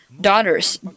daughters